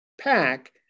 pack